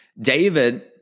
David